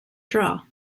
draw